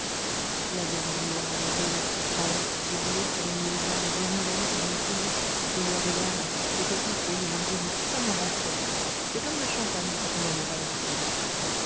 la verdure les oiseaux qui chantent les blés qui remuent au vent les hirondelles qui vont si vite l'odeur de l'herbe les coquelicots les marguerites tout ça me rend folle c'est comme le champagne quand on n'en a pas l'habitude